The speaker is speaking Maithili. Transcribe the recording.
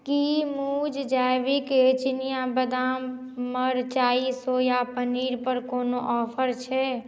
की मूज जैविक चिनिया बदाम मरचाइ सोया पनीरपर कोनो ऑफर छै